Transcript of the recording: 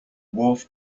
wharf